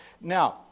Now